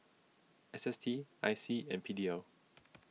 S S T I C and P D L